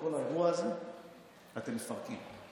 את כל האירוע הזה אתם מפרקים.